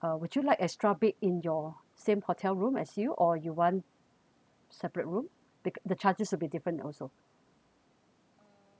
uh would you like extra bed in your same hotel room as you or you want separate room the the charges will be different also